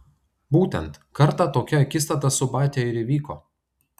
būtent kartą tokia akistata su batia ir įvyko